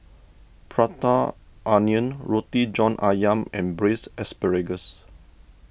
Prata Onion Roti John Ayam and Braised Asparagus